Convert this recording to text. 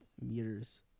meters